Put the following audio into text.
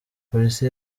polisi